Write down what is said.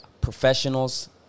professionals